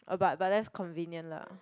um but but that's convenient lah